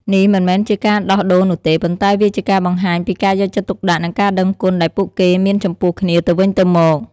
នេះមិនមែនជាការដោះដូរនោះទេ ប៉ុន្តែវាជាការបង្ហាញពីការយកចិត្តទុកដាក់និងការដឹងគុណដែលពួកគេមានចំពោះគ្នាទៅវិញទៅមក។